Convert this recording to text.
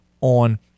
On